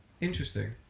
Interesting